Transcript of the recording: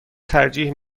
ترجیح